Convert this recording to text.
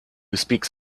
speaks